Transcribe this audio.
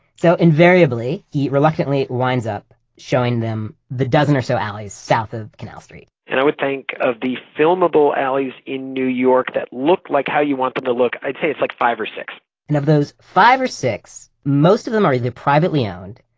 so invariably, he reluctantly winds up showing them the dozen or so alleys south of canal street and i would think of the film-able alleys in new york that look like how you want them to look, i'd say it's like five or six and of those five or six, most of them are either privately-owned,